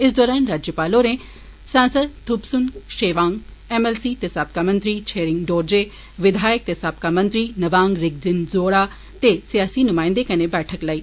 इस दौरान राज्यपाल होरें सांसद Tupstan Chhewang M L C ते साबका मंत्री शेरिंग डोरजे विघायक ते साबका मंत्री नवांग रिंग जिन जोरा ते सियासी नुमायन्दे कन्नै बैठक लाई